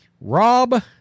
Rob